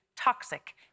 toxic